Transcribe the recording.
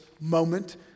moment